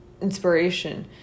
inspiration